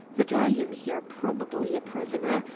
that i am here probably a prisoner,